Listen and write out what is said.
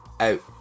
out